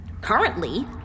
Currently